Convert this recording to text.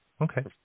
Okay